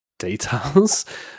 details